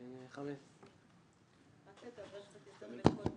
בן 15. בהתחלה אני רוצה להגיד תודה לכל המדריכים.